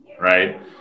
Right